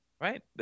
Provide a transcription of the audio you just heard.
Right